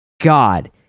God